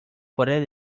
poder